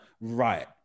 right